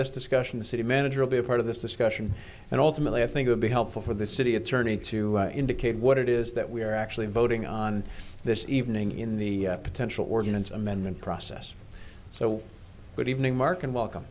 this discussion the city manager will be a part of this discussion and ultimately i think would be helpful for the city attorney to indicate what it is that we are actually voting on this evening in the potential ordinance amendment process so good evening mark and welcome